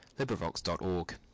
LibriVox.org